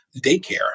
daycare